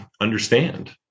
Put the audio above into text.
understand